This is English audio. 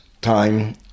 time